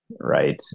Right